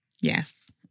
Yes